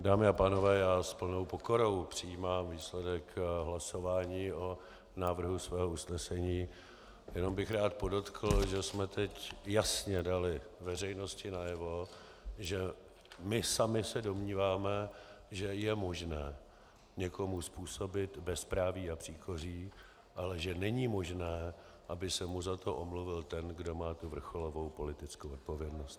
Dámy a pánové, já s plnou pokorou přijímám výsledek hlasování o návrhu svého usnesení, jenom bych rád podotkl, že jsme teď jasně dali veřejnosti najevo, že my sami se domníváme, že je možné někomu způsobit bezpráví a příkoří, ale že není možné, aby se mu za to omluvil ten, kdo má vrcholovou politickou odpovědnost.